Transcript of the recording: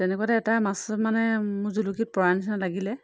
তেনেকুৱাতে এটা মাছ মানে মোৰ জুলুকিত পৰা নিচিনা লাগিলে